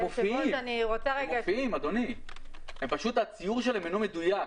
הם מופיעים, רק הציור שלהם אינו מדויק.